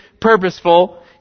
purposeful